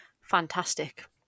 fantastic